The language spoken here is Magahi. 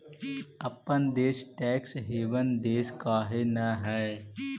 अपन देश टैक्स हेवन देश काहे न हई?